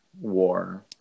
war